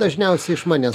dažniausiai iš manęs